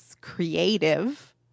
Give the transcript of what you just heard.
creative